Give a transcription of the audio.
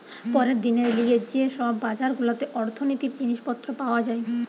পরের দিনের লিগে যে সব বাজার গুলাতে অর্থনীতির জিনিস পত্র পাওয়া যায়